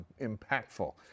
impactful